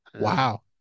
wow